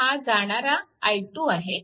हा जाणारा i2 आहे